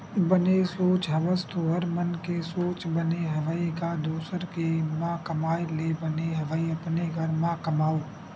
बने सोच हवस तुँहर मन के सोच बने हवय गा दुसर के म कमाए ले बने हवय अपने घर म कमाओ